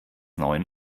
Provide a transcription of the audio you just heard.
neuen